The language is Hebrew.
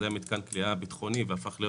זה היה מתקן כליאה ביטחוני והפך להיות